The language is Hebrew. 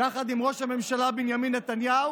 יחד עם ראש הממשלה בנימין נתניהו